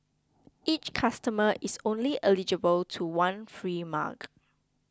each customer is only eligible to one free mug